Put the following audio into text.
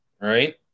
right